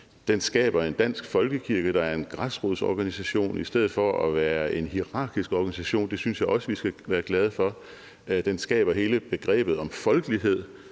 Den skaber en dansk folkekirke, der er en græsrodsorganisation i stedet for at være en hierarkisk organisation. Det synes jeg også vi skal være glade for. Den skaber hele begrebet om folkelighed,